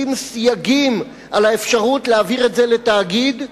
סייגים על האפשרות להעביר את זה לתאגיד,